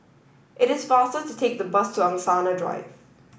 it is faster to take the bus to Angsana Drive